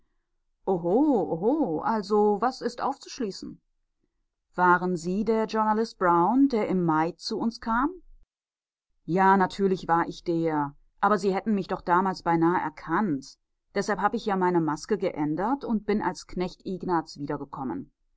also was ist aufzuschließen waren sie der journalist brown der im mai zu uns kam ja natürlich war ich der aber sie hätten mich doch damals beinahe erkannt deshalb habe ich ja meine maske geändert und bin als knecht ignaz